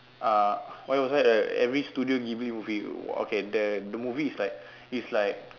uh every studio Ghibil movie okay there the movie is like is like